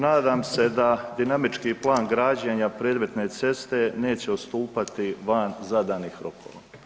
Nadam se da dinamički plan građenja predmetne ceste neće odstupati van zadanih rokova.